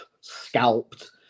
scalped